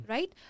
Right